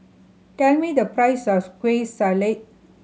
tell me the price of Kueh Salat